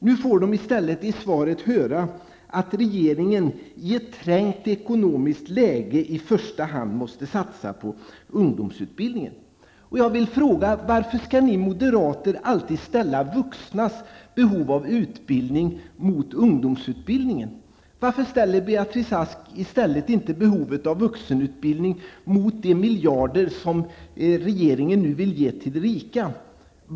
Nu får de i stället genom svaret höra att regeringen i ett trängt ekonomiskt läge i första hand måste satsa på ungdomsutbildningen. Varför skall ni moderater alltid ställa vuxnas behov av utbildning mot ungdomsutbildningen? Varför ställer inte Beatrice Ask behovet av vuxenutbildning mot de miljarder som regeringen nu vill ge till de rika?